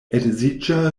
edziĝa